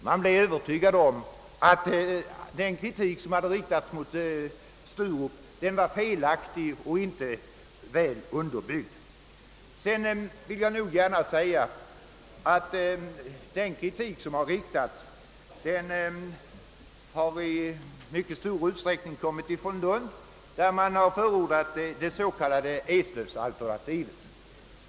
Man blev övertygad om att den kritik som hade riktats mot Sturup var felaktig och illa underbyggd. Den kritik som framförts har i mycket stor utsträckning kommit från Lund, där man förordat det s.k. eslövalternativet.